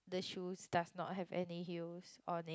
the shoes does not have any heels on it